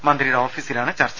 മന്ത്രിയുടെ ഓഫീസിലാണ് ചർച്ച